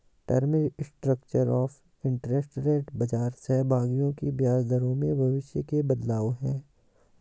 term structure of interest rate बाजार सहभागियों की ब्याज दरों में भविष्य के बदलाव है